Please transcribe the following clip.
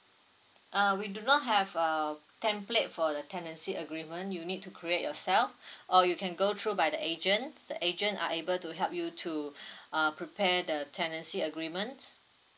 uh we do not have a template for the tenancy agreement you need to create yourself or you can go through by the agents the agent are able to help you to uh prepare the tenancy agreement